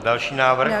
Další návrh.